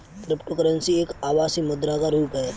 cryptocurrency एक आभासी मुद्रा का रुप है